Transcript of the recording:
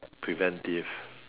preventive